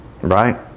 right